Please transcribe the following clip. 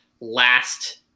last